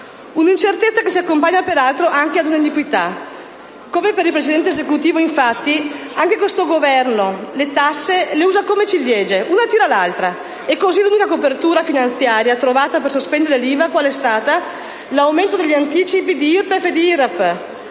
Un'incertezza che si accompagna, peraltro, anche ad una iniquità. Come per il precedente Esecutivo, infatti, anche per questo Governo le tasse sono come le ciliegie: una tira l'altra. E così, l'unica copertura finanziaria trovata per sospendere l'IVA quale è stata? L'aumento degli anticipi di IRPEF ed IRAP.